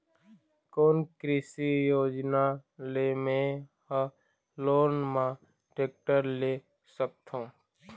कोन कृषि योजना ले मैं हा लोन मा टेक्टर ले सकथों?